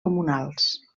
comunals